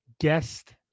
guest